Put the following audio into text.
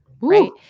right